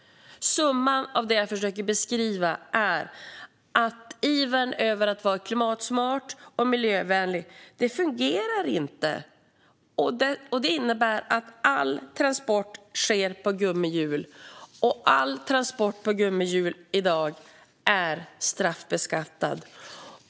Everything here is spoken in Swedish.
Det jag försöker beskriva är sammanfattningsvis att det finns en iver att vara klimatsmart och miljövänlig, men det fungerar inte, vilket innebär att all transport sker på gummihjul. All transport på gummihjul är i dag straffbeskattad.